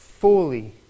Fully